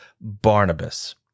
Barnabas